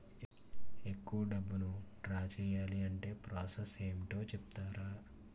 ఎక్కువ డబ్బును ద్రా చేయాలి అంటే ప్రాస సస్ ఏమిటో చెప్తారా?